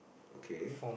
okay